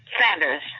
Sanders